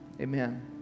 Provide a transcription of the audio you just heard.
Amen